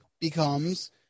becomes